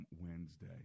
Wednesday